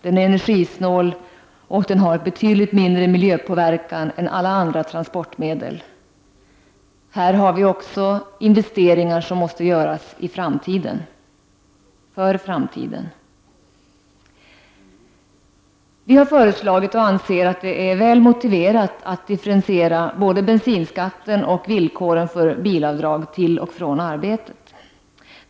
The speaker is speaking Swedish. Den är energisnål och har betydligt mindre miljöpåverkan än alla andra transportmedel. Här har vi också investeringar som måste göras för framtiden. Vi anser och har föreslagit att det är motiverat att differentiera både bensinskatten och villkoren för bilavdrag till och från arbetet.